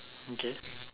okay